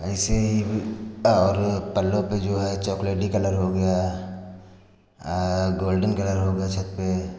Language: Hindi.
ऐसे ही और पल्लो पे जो है चॉकलेडी कलर हो गया गोल्डेन कलर हो गया छत पे